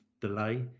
delay